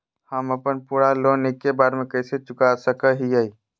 हम अपन पूरा लोन एके बार में कैसे चुका सकई हियई?